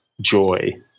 joy